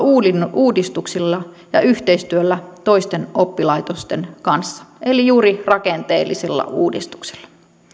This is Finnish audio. uudistuksilla ja yhteistyöllä toisten oppilaitosten kanssa eli juuri rakenteellisilla uudistuksilla